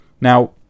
Now